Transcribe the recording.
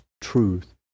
truth